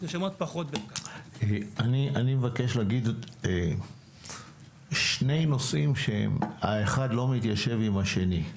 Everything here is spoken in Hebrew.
אני מבקש לומר שני נושאים שהאחד לא מתיישב עם השני.